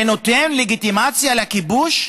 זה נותן לגיטימציה לכיבוש?